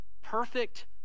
perfect